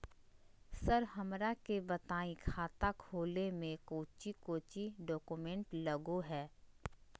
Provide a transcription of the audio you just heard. Sir हमरा के बताएं खाता खोले में कोच्चि कोच्चि डॉक्यूमेंट लगो है?